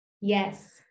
yes